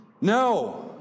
No